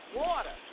water